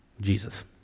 Jesus